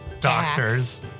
doctors